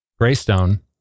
Greystone